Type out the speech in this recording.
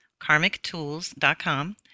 karmictools.com